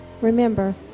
Remember